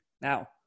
now